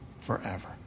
forever